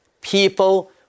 people